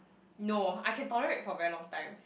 no I can tolerate for very long time